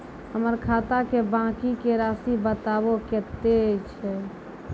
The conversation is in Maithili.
हमर खाता के बाँकी के रासि बताबो कतेय छै?